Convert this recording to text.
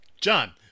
John